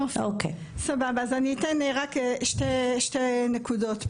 אני אתן רק שתי נקודות פה.